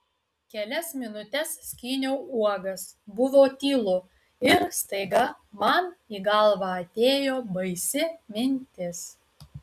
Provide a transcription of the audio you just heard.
kelias minutes skyniau uogas buvo tylu ir staiga man į galvą atėjo baisi mintis